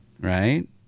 right